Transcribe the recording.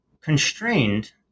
constrained